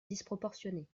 disproportionnée